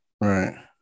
Right